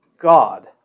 God